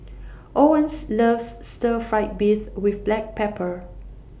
Owens loves Stir Fried Beef with Black Pepper